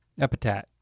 Epitaph